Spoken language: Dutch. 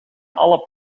alle